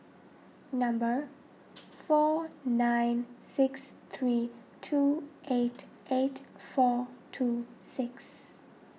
number four nine six three two eight eight four two six